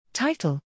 Title